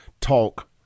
talk